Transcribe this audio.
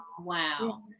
Wow